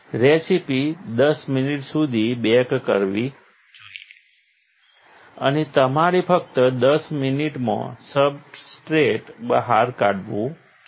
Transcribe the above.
recipe 10 minute સુધી bake કરવી જોઈએ અને તમારે ફક્ત 10 મિનિટમાં સબસ્ટ્રેટ બહાર કાઢવું જોઈએ